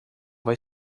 vai